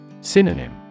Synonym